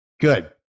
Good